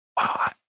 wow